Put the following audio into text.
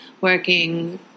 working